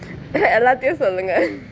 எல்லாத்தையும் சொல்லுங்கே:ellathaiyum sollungae